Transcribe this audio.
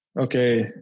okay